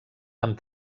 amb